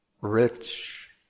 rich